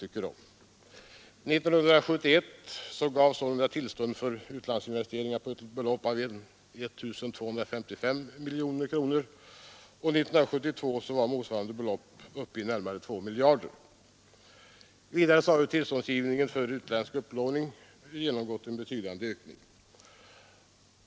År 1971 gavs sålunda tillstånd för utlandsinvesteringar till ett belopp av 1 255 miljoner, och 1972 var motsvarande belopp uppe i närmare 2 miljarder. Vidare har tillståndsgivningen för utländsk upplåning genomgått en betydande ökning.